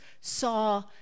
saw